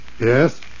Yes